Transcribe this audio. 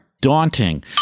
daunting